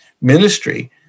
ministry